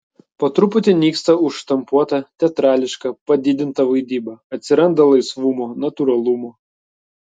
po truputį nyksta užštampuota teatrališka padidinta vaidyba atsiranda laisvumo natūralumo